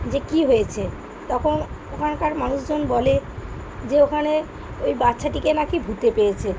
যে কী হয়েছে তখন ওখানকার মানুষজন বলে যে ওখানে ওই বাচ্চাটিকে নাকি ভূতে পেয়েছে